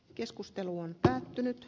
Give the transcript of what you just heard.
keskustelu on päättynyt